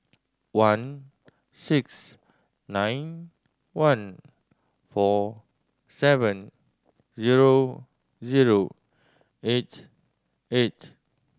one six nine one four seven zero zero eight eight